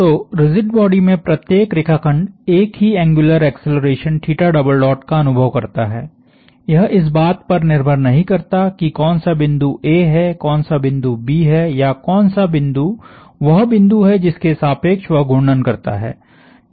तो rigid body में प्रत्येक रेखाखंड एक ही एंग्युलर एक्सेलरेशन का अनुभव करता है यह इस बात पर निर्भर नहीं करता है कि कौन सा बिंदु A है कौन सा बिंदु B है या कौन सा बिंदु वह बिंदु है जिसके सापेक्ष वह घूर्णन करता है